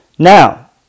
Now